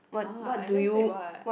!huh! I just said what